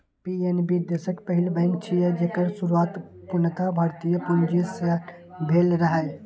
PNB देशक पहिल bank छियै, जेकर शुरुआत पूर्णतः भारतीय पूंजी सं भेल रहै